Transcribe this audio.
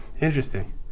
Interesting